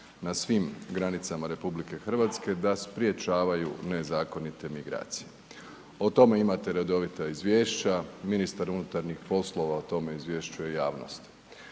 na svim granicama RH da sprječavaju nezakonite migracije. O tome imate redovita izvješća, ministar unutarnjih poslova o tome izvješćuje javnost.